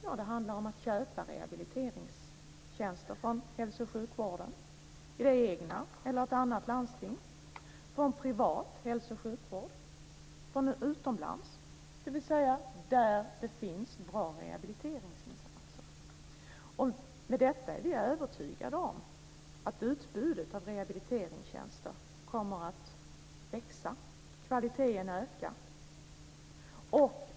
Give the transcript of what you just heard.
Ja, det handlar om att köpa rehabiliteringstjänster från hälso och sjukvården i det egna eller i något annat landsting, från privat hälso och sjukvård eller utomlands - dvs. där det finns bra rehabiliteringsinsatser. Med detta är vi övertygade om att utbudet av rehabiliteringstjänster kommer att växa och kvaliteten öka.